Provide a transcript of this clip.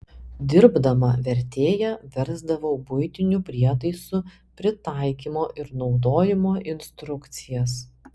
dirbdama vertėja versdavau buitinių prietaisų pritaikymo ir naudojimo instrukcijas